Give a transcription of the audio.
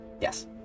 Yes